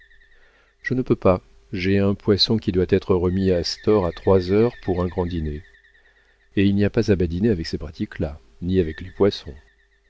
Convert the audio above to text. je ne peux pas j'ai un poisson qui doit être remis à stors à trois heures pour un grand dîner et il n'y a pas à badiner avec ces pratiques là ni avec les poissons